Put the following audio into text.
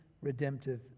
redemptive